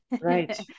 right